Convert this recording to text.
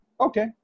Okay